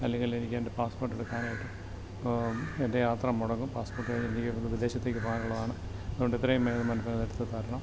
അല്ലെങ്കിൽ എനിക്കെൻ്റെ പാസ്പോർട്ട് എടുക്കാനായിട്ട് എൻ്റെ യാത്ര മുടങ്ങും പാസ്പോർട്ട് വിദേശത്തേക്ക് പോകാനുള്ളതാണ് അതുകൊണ്ട് എത്രയും വേഗം എനിക്കത് എടുത്ത് തരണം